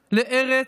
לארץ,